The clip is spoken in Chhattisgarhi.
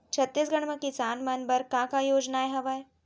छत्तीसगढ़ म किसान मन बर का का योजनाएं हवय?